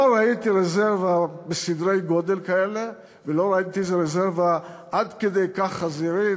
לא ראיתי רזרבה בסדרי גודל כאלה ולא ראיתי רזרבה עד כדי כך חזירית.